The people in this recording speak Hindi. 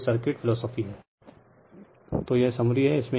Refer Slide Time 3418 तो यह समरी है